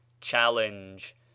Challenge